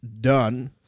done